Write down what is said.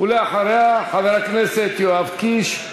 ולאחריה, חבר הכנסת יואב קיש,